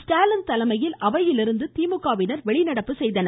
ஸ்டாலின் தலைமையில் அவையிலிருந்து திமுகவினா் வெளிநடப்பு செய்தனர்